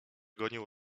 gonił